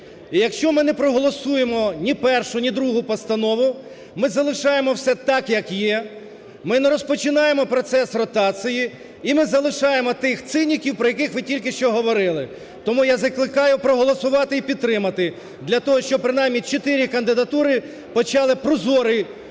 якщо ми не проголосуємо ні першу, ні другу постанову, ми залишаємо все так, як є, ми не розпочинаємо процес ротації, і ми залишаємо тих циніків, про яких ви тільки що говорили. Тому я закликаю проголосувати і підтримати для того, щоб принаймні 4 кандидатури почали прозорий конкурентний